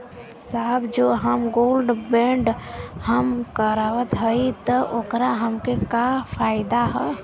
साहब जो हम गोल्ड बोंड हम करत हई त ओकर हमके का फायदा ह?